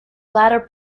bladder